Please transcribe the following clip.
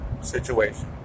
situation